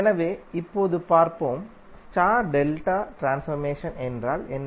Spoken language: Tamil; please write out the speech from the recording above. எனவே இப்போது பார்ப்போம் ஸ்டார் டெல்டா ட்ரான்ஸ்ஃபர்மேஷன் என்றால் என்ன